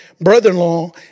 brother-in-law